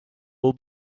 all